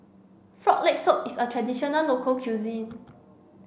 frog leg soup is a traditional local cuisine